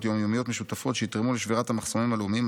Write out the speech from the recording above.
יום-יומיות משותפות שיתרמו לשבירת המחסומים הלאומיים,